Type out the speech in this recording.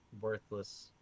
worthless